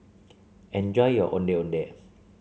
enjoy your Ondeh Ondeh